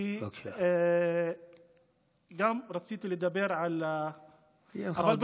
כי רציתי לדבר גם על --- יהיו עוד הזדמנויות.